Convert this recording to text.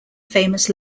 famous